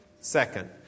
second